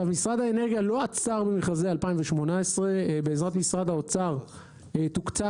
משרד האנרגיה לא עצר במכרזי 2018. בעזרת משרד האוצר תוקצבנו